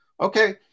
okay